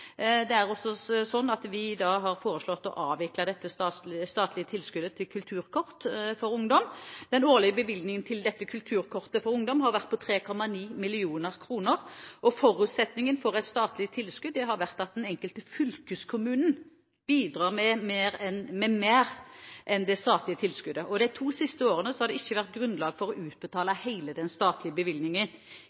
har foreslått å avvikle det statlige tilskuddet til kulturkort for ungdom. Den årlige bevilgningen til kulturkortet for ungdom har vært på 3,9 mill. kr. Forutsetningen for et statlig tilskudd har vært at den enkelte fylkeskommune bidrar med mer enn det statlige tilskuddet, og de to siste årene har det ikke vært grunnlag for å utbetale hele den statlige bevilgningen.